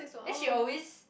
then she always